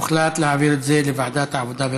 הוחלט להעביר את זה לוועדת העבודה והרווחה.